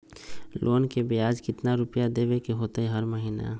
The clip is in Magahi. लोन के ब्याज कितना रुपैया देबे के होतइ हर महिना?